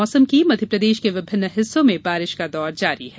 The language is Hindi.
मौसम बारिश मध्यप्रदेश के विभिन्न हिस्सों में बारिश का दौर जारी है